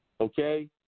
Okay